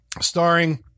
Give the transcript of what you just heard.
Starring